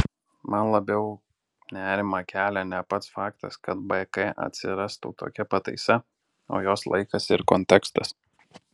man labiau nerimą kelia ne pats faktas kad bk atsirastų tokia pataisa o jos laikas ir kontekstas